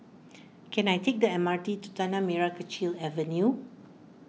can I take the M R T to Tanah Merah Kechil Avenue